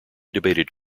debated